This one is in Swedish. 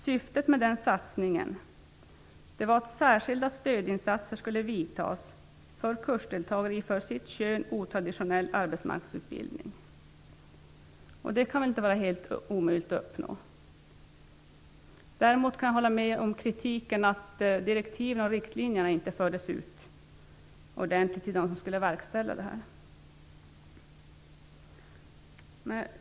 Syftet med den satsningen var att särskilda stödinsatser skulle vidtas för kursdeltagare i för sitt kön otraditionell arbetsmarknadsutbildning. Det kan väl inte vara helt omöjligt att uppnå. Däremot kan jag hålla med om kritiken mot att direktiven och riktlinjerna inte fördes ut ordentligt till dem som skulle verkställa detta.